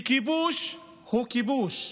וכיבוש הוא כיבוש,